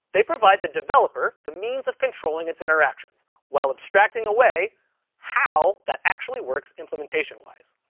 they provide the developer the means of controlling its interactions while abstracting away how that actually works, implementation-wise.